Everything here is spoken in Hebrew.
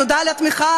תודה על התמיכה,